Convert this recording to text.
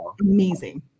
amazing